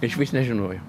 iš vis nežinojo